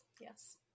yes